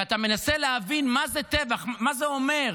ואתה מנסה להבין מה זה טבח, מה זה אומר.